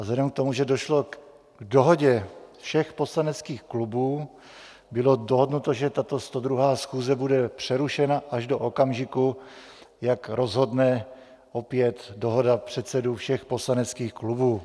Vzhledem k tomu, že došlo k dohodě všech poslaneckých klubů, bylo dohodnuto, že tato 102. schůze bude přerušena až do okamžiku, jak rozhodne opět dohoda předsedů všech poslaneckých klubů.